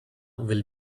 will